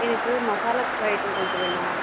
எனக்கு மசாலா ஐட்டம் கொஞ்சம் வேணும்